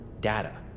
data